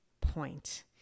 point